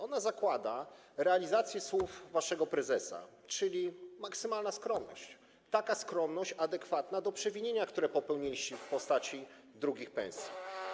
Ona zakłada realizację słów waszego prezesa, czyli maksymalną skromność, skromność adekwatną do przewinienia, które popełniliście, w postaci wypłacenia drugich pensji.